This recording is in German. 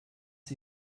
sie